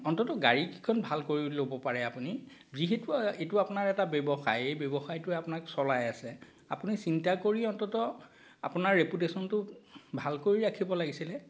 অন্তত গাড়ীকিখন ভাল কৰি ল'ব পাৰে আপুনি যিহেতু এইটো আপোনাৰ এটা ব্যৱসায় এই ব্যৱসায়টোৱে আপোনাক চলাই আছে আপুনি চিন্তা কৰি অন্তত আপোনাৰ ৰেপুটেচনটো ভাল কৰি ৰাখিব লাগিছিলে